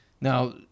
Now